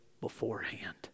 beforehand